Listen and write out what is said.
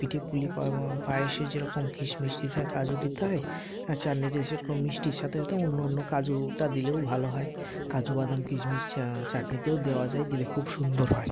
পিঠে পুলি পায়েসে যেরকম কিশমিশ দিতে হয় কাজু দিতে হয় আর চাটনিটায় সেরকম মিষ্টির সাথে সাথে অন্য অন্য কাজুটা দিলেও ভালো হয় কাজু বাদাম কিশমিশ চাটনিতেও দেওয়া যায় দিলে খুব সুন্দর হয়